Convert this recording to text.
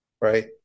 right